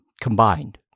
combined